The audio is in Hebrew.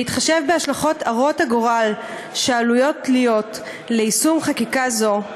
בהתחשב בהשלכות הרות הגורל שעלולות להיות ליישום חקיקה זו,